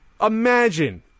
imagine